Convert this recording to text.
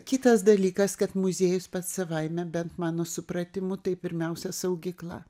kitas dalykas kad muziejus pats savaime bent mano supratimu tai pirmiausia saugykla